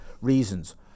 reasons